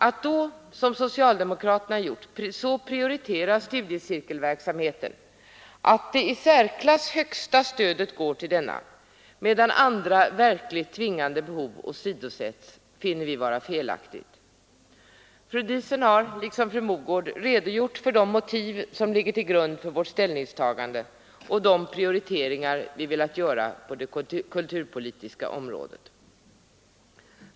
Att då, som socialdemokraterna gjort, så prioritera studiecirkelverksamheten att det i särklass högsta stödet går till denna medan andra verkligt tvingande behov åsidosätts, finner vi vara felaktigt. Fru Diesen har, liksom fru Mogård, redogjort för de motiv som ligger till grund för vårt ställningstagande och de prioriteringar vi velat göra på det kulturpolitiska området.